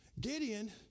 Gideon